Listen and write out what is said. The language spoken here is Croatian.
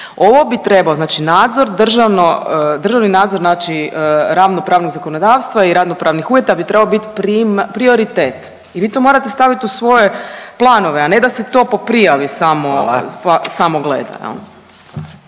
Ovo bi trebao znači nadzor državno, državni nadzor znači radno pravnog zakonodavstva i radno pravnih uvjeta bi trebao biti prioritet. I vi to morate staviti u svoje planove, a ne da se to po prijavi samo